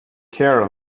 care